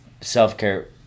Self-care